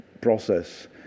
process